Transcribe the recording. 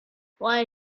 why